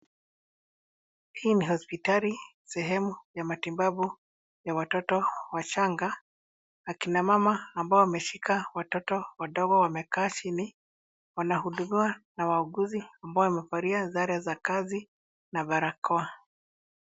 Hii ni hospitali sehemu ya matibabu ya watoto wachanga .Akina mama ambao wameshika watoto wadogo wamekaa chini wanahudumiwa na wauguzi ambao wamevalia sare za kazi na barakoa.